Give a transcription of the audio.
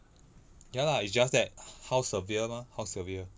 ya lah it's just that how severe mah how severe